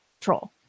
troll